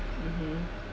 mmhmm